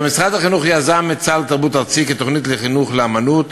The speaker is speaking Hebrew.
משרד החינוך יזם את סל תרבות ארצי כתוכנית לחינוך לאמנות,